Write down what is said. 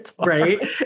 right